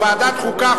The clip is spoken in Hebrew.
לוועדת החוקה,